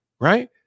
right